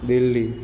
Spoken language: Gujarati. દિલ્હી